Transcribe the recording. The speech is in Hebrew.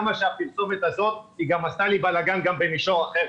הפרסומת הזאת היא גם עשתה לי בלגן גם במישור אחר,